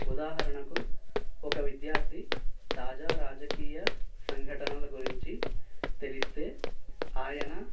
ఉదాహరణకు ఒక విద్యార్థి తాజా రాజకీయ సంఘటనల గురించి తెలిస్తే ఆయన